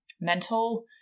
mental